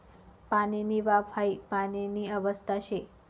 पाणीनी वाफ हाई पाणीनी अवस्था शे